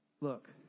Look